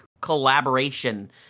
collaboration